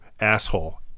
asshole